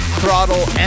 throttle